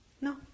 No